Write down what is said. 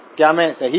क्या मैं सही हू